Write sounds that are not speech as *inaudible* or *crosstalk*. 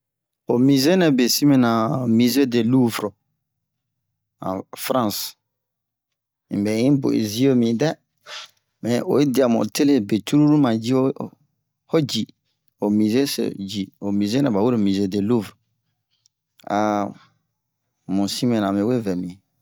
ho musée nɛ be sin mɛna musée de loufre en france unbɛ i bo un'zie midɛ mɛ oyi dia mu ho tele be cruru ma ji'o ji ho musée so ji ho musée nɛ bawero musée de loufre *hesitation* mu sin mɛna amewe vɛ mi